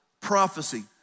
prophecy